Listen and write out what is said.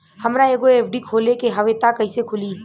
हमरा एगो एफ.डी खोले के हवे त कैसे खुली?